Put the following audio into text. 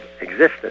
existence